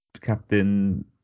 Captain